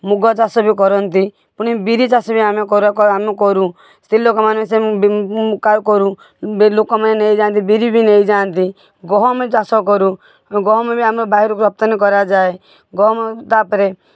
ମୁଗ ଚାଷ ବି କରନ୍ତି ଲୋକମାନେ ପୁଣି ବିରି ଚାଷ ବି ଆମେ ଆମେ କରୁ ସ୍ତ୍ରୀ ଲୋକମାନେ ଲୋକମାନେ ନେଇ ଯାଆନ୍ତି ବିରି ବି ନେଇ ଯାଆନ୍ତି ଗହମ ଚାଷ କରୁ ଗହମ ବି ଆମେ ବାହାରକୁ ରପ୍ତାନୀ କରାଯାଏ ଗହମ ତା'ପରେ